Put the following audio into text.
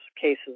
cases